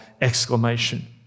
exclamation